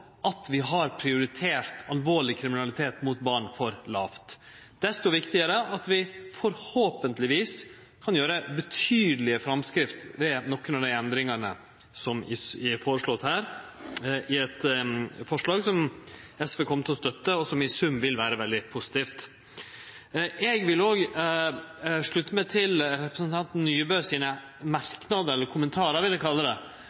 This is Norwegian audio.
at vi har prioritert alvorleg kriminalitet mot barn for lågt. Desto viktigare er det at vi – forhåpentlegvis – kan gjere betydelege framskritt ved nokre av dei endringane som er foreslått her, eit forslag som SV kjem til å støtte, og som i sum vil vere veldig positivt. Eg vil slutte meg til representanten Nybø sine merknader – eller kommentarar, vil eg kalle det